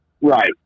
right